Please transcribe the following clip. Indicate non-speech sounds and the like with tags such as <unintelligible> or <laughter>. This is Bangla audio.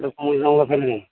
<unintelligible>